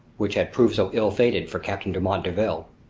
which had proved so ill-fated for captain dumont d'urville.